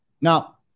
Now